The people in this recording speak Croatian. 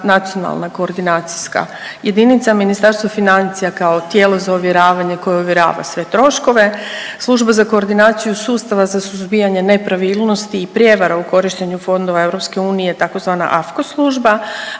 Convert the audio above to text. nacionalna koordinacijska jedinica, Ministarstvo financija kao tijelo za ovjeravanje koje ovjerava sve troškove, Služba za koordinaciju sustava za suzbijanje nepravilnosti i prijevara u korištenju fondova EU tzv. Afko služba,